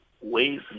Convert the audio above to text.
ways